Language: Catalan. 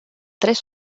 tres